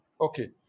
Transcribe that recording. Okay